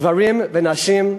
גברים ונשים,